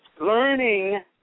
learning